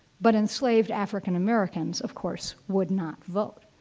but enslaved african-americans of course would not vote.